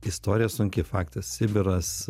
istorija sunki faktas sibiras